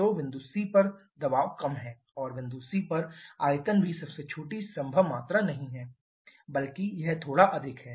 तो बिंदु c पर दबाव कम है और बिंदु c पर आयतन भी सबसे छोटी संभव मात्रा नहीं है बल्कि यह थोड़ा अधिक है